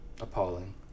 Appalling